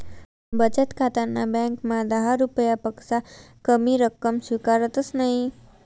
बचत खाताना ब्यांकमा दहा रुपयापक्सा कमी रक्कम स्वीकारतंस नयी